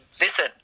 Listen